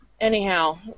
anyhow